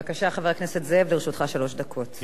בבקשה, חבר הכנסת זאב, לרשותך שלוש דקות.